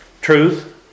truth